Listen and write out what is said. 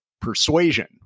persuasion